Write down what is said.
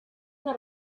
una